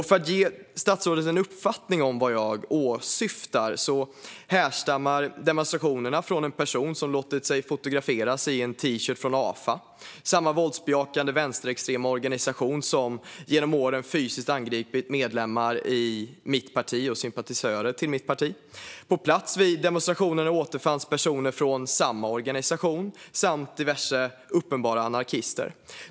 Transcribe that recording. För att ge statsrådet en uppfattning om vad jag åsyftar vill jag påpeka att demonstrationerna härstammar från en person som låtit sig fotograferas i en T-shirt från Afa - samma våldsbejakande vänsterextrema organisation som genom åren fysiskt angripit medlemmar i och sympatisörer till mitt parti. På plats vid demonstrationerna återfanns personer från samma organisation samt diverse uppenbara anarkister.